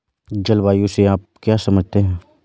जलवायु से आप क्या समझते हैं?